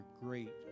great